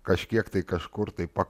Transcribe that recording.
kažkiek tai kažkur taip